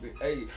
Hey